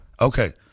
Okay